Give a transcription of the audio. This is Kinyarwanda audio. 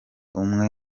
umwe